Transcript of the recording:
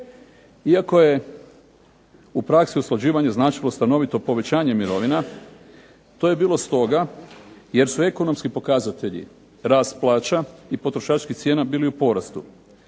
Iako je u praksi usklađivanje značilo stanovito povećanje mirovina, to je bilo stoga jer su ekonomski pokazatelji rast plaća i potrošačkih cijena bili u porastu,